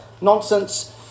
nonsense